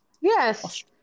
Yes